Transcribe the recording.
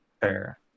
Fair